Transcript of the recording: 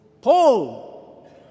Paul